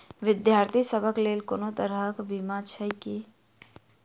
विद्यार्थी सभक लेल कोनो तरह कऽ बीमा छई की?